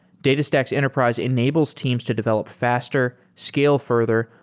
datastax enterprise enables teams to develop faster, scale further,